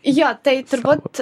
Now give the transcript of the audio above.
jo tai turbūt